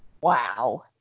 wow